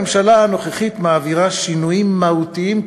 הממשלה הנוכחית מעבירה שינויים מהותיים,